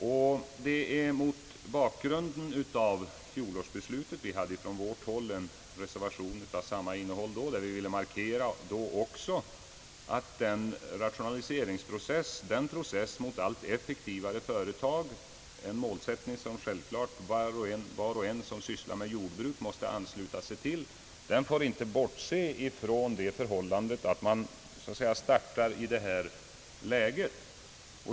När riksdagen förra året tog ställning till jordbrukspolitiken, hade vi från vårt håll en reservation av samma innehåll som utskottsmajoritetens utlåtande i år, vari vi ville markera att man vid den rationaliseringsprocess, som pågår i riktning mot allt effektivare företag — en målsättning som självfallet var och en som sysslar med jordbruk måste ansluta sig till — inte får bortse från att vi så att säga startar i det här läget.